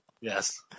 Yes